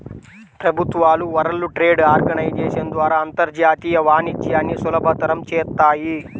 ప్రభుత్వాలు world trade organisation ద్వారా అంతర్జాతీయ వాణిజ్యాన్ని సులభతరం చేత్తాయి